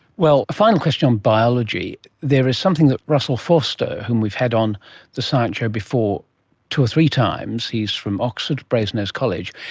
well, a final question on biology. there is something that russell foster, whom we've had on the science show before two or three times, he is from oxford, brasenose college,